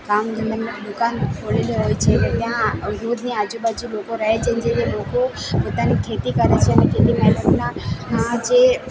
કામ ધંધા માટે દુકાન ખોલેલી હોય છે ત્યાં આજુબાજુ લોકો રહે છે ને જે લોકો પોતાની ખેતી કરે છે ને ખેતીમાં એ લોકોના જે